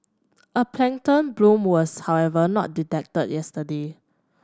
a plankton bloom was however not detected yesterday